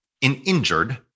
injured